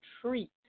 treat